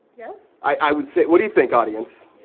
yes. i, i would say, what do you think audience?